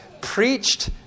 preached